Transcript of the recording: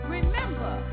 Remember